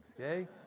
okay